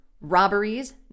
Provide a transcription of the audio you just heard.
robberies